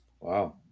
Wow